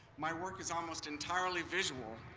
my work is almost entirely visual,